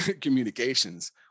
communications